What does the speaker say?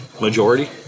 majority